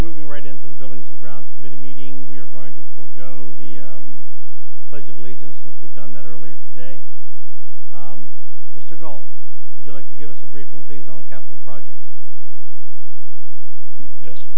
moving right into the buildings and grounds committee meeting we are going to forgo the pledge of allegiance as we've done that earlier today mr gul you like to give us a briefing please on the capital projects yes